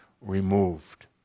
removed